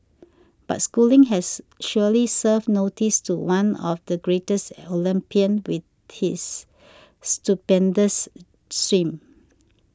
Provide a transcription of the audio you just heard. but Schooling has surely served notice to the one of the greatest Olympian with this stupendous swim